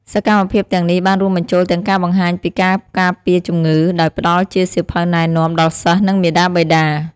សកម្មភាពទាំងនេះបានរួមបញ្ចូលទាំងការបង្ហាញពីការការពារជំងឺ ដោយផ្តល់ជាសៀវភៅណែនាំ ដល់សិស្ស និងមាតាបិតា។